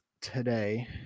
today